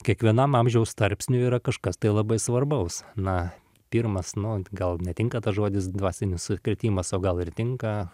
kiekvienam amžiaus tarpsny yra kažkas tai labai svarbaus na pirmas nu gal netinka tas žodis dvasinis sukrėtimas o gal ir tinka